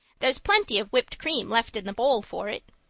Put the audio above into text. there's plenty of whipped cream left in the bowl for it.